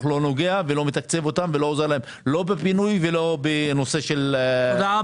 נוגע ולא מתקצב אותם ולא עוזר להם לא בבינוי ולא בנושא של שיפוצים?